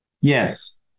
Yes